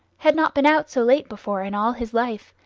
had not been out so late before in all his life,